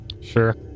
sure